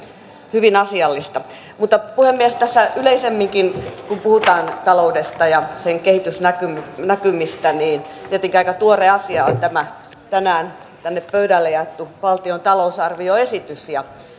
hyvin asiallista mutta puhemies tässä yleisemminkin kun puhutaan taloudesta ja sen kehitysnäkymistä niin tietenkin aika tuore asia on tämä tänään tänne pöydälle jaettu valtion talousarvioesitys